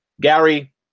Gary